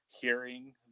hearing